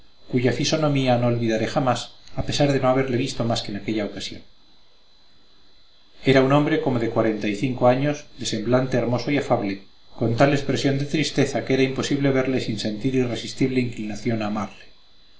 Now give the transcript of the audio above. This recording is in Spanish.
cuya fisonomía no olvidaré jamás a pesar de no haberle visto más que en aquella ocasión era un hombre como de cuarenta y cinco años de semblante hermoso y afable con tal expresión de tristeza que era imposible verle sin sentir irresistible inclinación a amarle